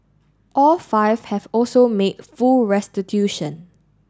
all five have also made full restitution